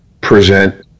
present